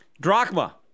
drachma